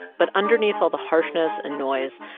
but underneath all the harshness and noise,